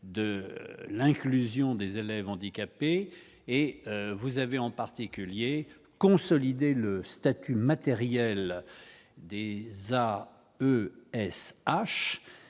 de l'inclusion des élèves handicapés, et vous avez en particulier consolider le statut matériel des A.